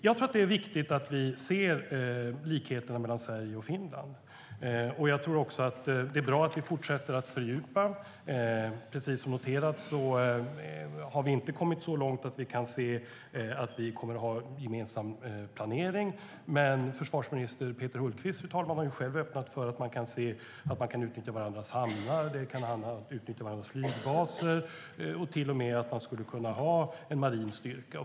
Jag tror att det är viktigt att vi ser likheterna mellan Sverige och Finland. Jag tror också att det är bra att vi fortsätter att fördjupa samarbetet. Precis som noterats har vi inte kommit så långt att vi kan se att vi kommer att ha gemensam planering. Försvarsminister Peter Hultqvist har dock själv, fru talman, öppnat för att man kan utnyttja varandras hamnar. Det kan handla om att utnyttja varandras flygbaser, och man skulle till och med kunna ha en marin styrka.